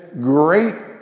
great